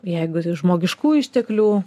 jeigu žmogiškų išteklių